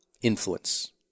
influence